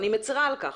אני מצרה על כך,